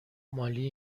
مالی